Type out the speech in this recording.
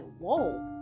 whoa